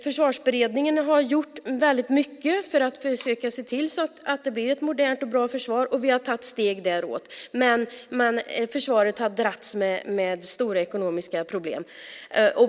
Försvarsberedningen har gjort väldigt mycket för att försöka se till att det blir ett modernt och bra försvar, och vi har tagit steg däråt, men försvaret har dragits med stora ekonomiska problem.